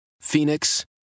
Phoenix